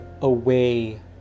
away